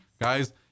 guys